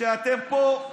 כשאתם פה,